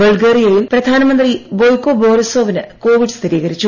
ബൾഗേറിയയിൽ പ്രധാനമന്ത്രി ബോയ്കോ ബോറിസോവിന് കോവിഡ് സ്ഥിരീകരിച്ചു